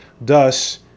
Thus